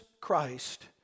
Christ